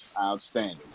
outstanding